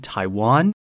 Taiwan